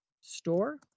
Store